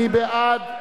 מי בעד?